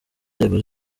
inzego